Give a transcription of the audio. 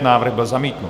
Návrh byl zamítnut.